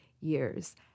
years